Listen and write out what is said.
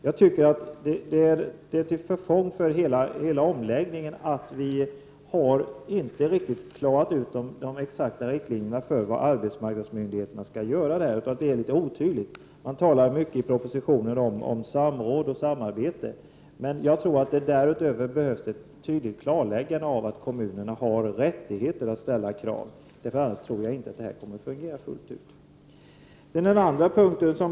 Jag tycker att det är till förfång för hela omläggningen att vi inte riktigt har klarat ut de exakta riktlinjerna för vad arbetsmarknadsmyndigheterna skall göra. Det är litet otydligt. Det talas mycket i propositionen om samråd och samarbete. Men jag tror att det därutöver behövs ett tydligt klarläggande av att kommunerna har rättigheter att ställa krav. Annars tror jag inte att detta kommer att fungera fullt ut.